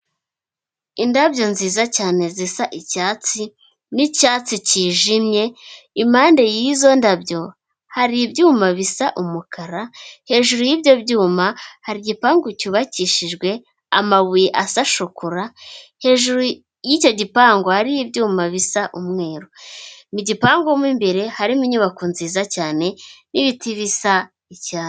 Indabyo nziza cyane zisa icyatsi, nicyatsi cyijimye. Impande yizo ndabyo hari ibyuma bisa umukara hejuru yibyo byuma hari igipangu cyubakishijwe amabuye asa shokora, hejuru yicyo gipangu hari ibyuma bisa umweru. Mu gipangu mo imbere harimo inyubako nziza cyane y'ibiti bisa icyatsi.